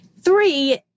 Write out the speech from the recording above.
Three